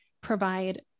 provide